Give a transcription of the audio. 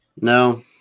No